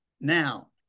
Now